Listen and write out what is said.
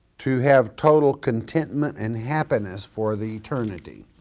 to have total contentment and happiness for the eternity.